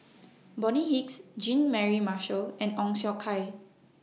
Bonny Hicks Jean Mary Marshall and Ong Siong Kai